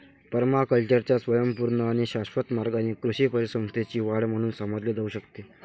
पर्माकल्चरला स्वयंपूर्ण आणि शाश्वत मार्गाने कृषी परिसंस्थेची वाढ म्हणून समजले जाऊ शकते